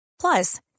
Plus